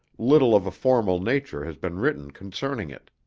little of a formal nature has been written concerning it.